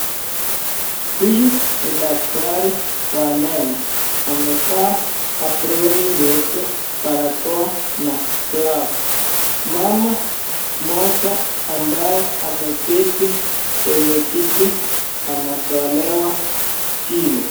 Huyu ni daktari wa meno, amevaa [aproni] nyeupe, barakoa na [glove]. Mama mmoja ambaye ameketi kiti anatolewa jino.